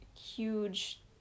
huge